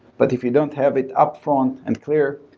but if you don't have it upfront and clear,